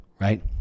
right